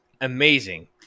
amazing